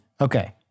Okay